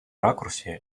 ракурсе